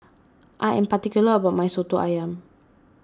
I am particular about my Soto Ayam